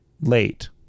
late